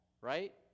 right